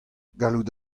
gallout